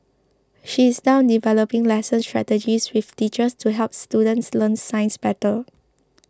she is now developing lesson strategies with teachers to help students learn science better